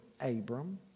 Abram